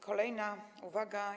Kolejna uwaga.